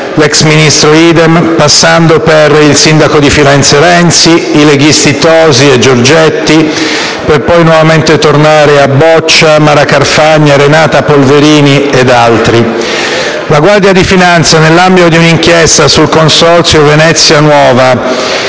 l'ex ministro Idem, passando per il sindaco di Firenze Renzi, i leghisti Tosi e Giorgetti, per poi tornare nuovamente a Boccia, Mara Carfagna, Renata Polverini ed altri. La Guardia di finanza, nell'ambito di un'inchiesta sul consorzio Venezia Nuova